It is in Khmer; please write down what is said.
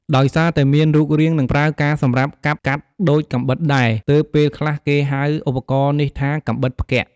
ដោយសារតែមានរូបរាង និងប្រើការសម្រាប់កាប់កាត់ដូចកាំបិតដែរ ទើបពេលខ្លះគេហៅឧបករណ៍នេះថា "កាំបិតផ្គាក់" ។